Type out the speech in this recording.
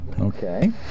Okay